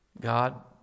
God